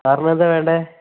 സാറിന് ഏതാണു വേണ്ടത്